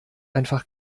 einfach